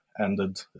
ended